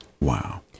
Wow